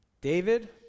David